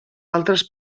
altres